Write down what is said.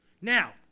Now